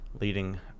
leading